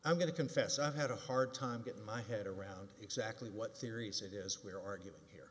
i'm going to confess i've had a hard time getting my head around exactly what series it is we're arguing here